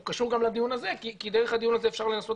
הוא קשור גם לדיון הזה כי דרך הדיון הזה אפשר לנסות